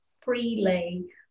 freely